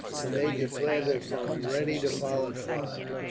and they declared themselves ready to follow clive.